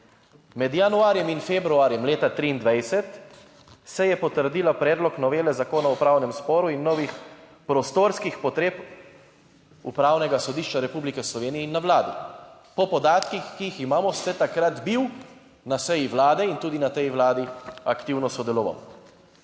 Med januarjem in februarjem leta 2023, se je potrdila predlog novele Zakona o upravnem sporu in novih prostorskih potreb Upravnega sodišča Republike Slovenije in na Vladi, po podatkih, ki jih imamo ste takrat bili na seji Vlade in tudi na tej Vladi aktivno sodeloval.